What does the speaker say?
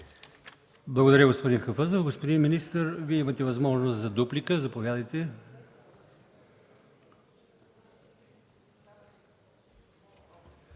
Благодаря, господин Хафъзов. Господин министър, Вие имате възможност за дуплика. Заповядайте.